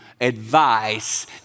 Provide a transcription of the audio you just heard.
advice